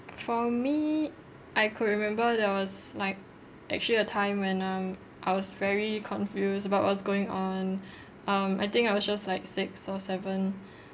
for me I could remember there was like actually a time when um I was very confused about what's going on um I think I was just like six or seven